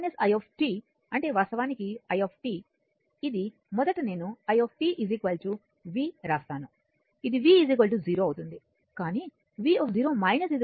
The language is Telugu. అంటే v i అంటే వాస్తవానికి i ఇది మొదట నేను i v రాస్తాను ఇది v 0 అవుతుంది కానీ v 0 వోల్ట్